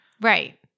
Right